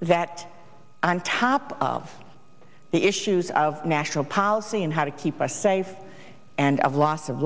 that i'm top of the issues of national policy and how to keep us safe and of loss of